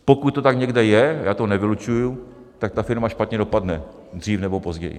Pokud to tak někde je, já to nevylučuji, tak ta firma špatně dopadne dřív nebo později.